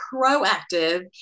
proactive